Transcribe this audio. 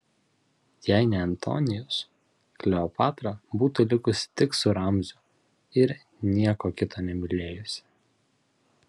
jei ne antonijus kleopatra būtų likusi tik su ramziu ir nieko kito nemylėjusi